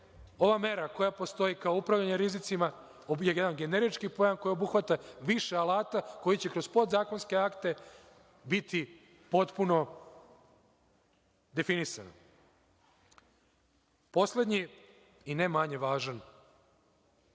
ova mera koja postoji kao upravljanje rizicima, je jedan generički pojam koji obuhvata više alata koji će kroz podzakonske akte biti potpuno definisan. Poslednji i najmanje važan